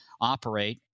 operate